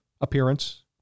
appearance